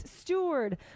steward